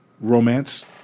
romance